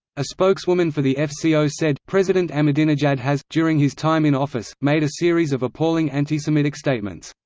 a spokeswoman for the fco said president ahmadinejad has, during his time in office, made a series of appalling anti-semitic statements.